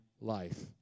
life